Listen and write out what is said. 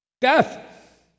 Death